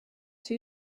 two